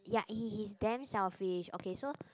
ya he he is damn selfish okay so